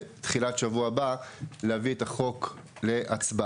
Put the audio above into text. בתחילת שבוע הבא להביא את החוק להצבעה.